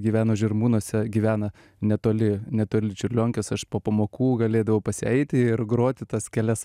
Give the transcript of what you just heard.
gyveno žirmūnuose gyvena netoli netoli čiurlionkės aš po pamokų galėdavau pas ją eiti ir groti tas kelias